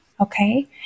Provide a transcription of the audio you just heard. Okay